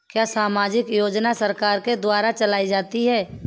क्या सामाजिक योजना सरकार के द्वारा चलाई जाती है?